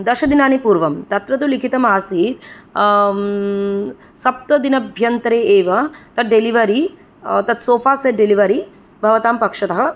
दशदिनानि पूर्वं तत्र तु लिखितमासीत् सप्तदिनाभ्यन्तरे एव तत् डेलिवरी तत् सोफ़ा सेट् डेलिवरी भवतां पक्षतः